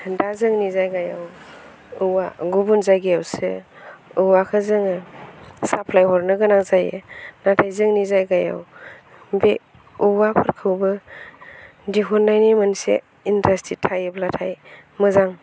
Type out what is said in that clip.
दा जोंनि जायगायाव औवा गुबुन जायगायावसो औवाखौ जोङो साप्लाय हरनो गोनां जायो नाथाय जोंनि जायगायाव बे औवाफोरखौबो दिहुननायनि मोनसे इनदास्ट्रि थायोब्लाथाय मोजां